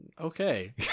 okay